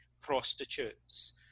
prostitutes